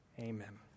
Amen